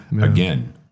again